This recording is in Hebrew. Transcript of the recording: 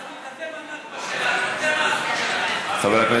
זה מה שאתה צריך, אם כן,